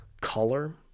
color